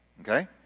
Okay